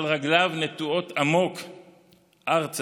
אבל רגליו נטועות עמוק ארצה,